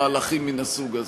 מהלכים מן הסוג הזה.